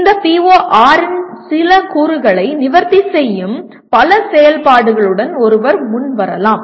இந்த PO6 இன் சில கூறுகளை நிவர்த்தி செய்யும் பல செயல்பாடுகளுடன் ஒருவர் முன் வரலாம்